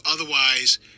Otherwise